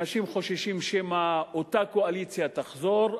אנשים חוששים שמא אותה קואליציה תחזור.